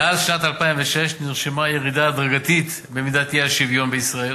מאז שנת 2006 נרשמה ירידה הדרגתית במידת האי-שוויון בישראל.